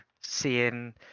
seeing